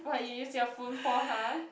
what you use your phone for [huh]